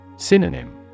Synonym